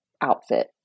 outfit